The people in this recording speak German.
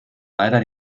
leider